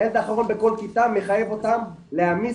הילד האחרון בכל כיתה מחייב אותם להעמיס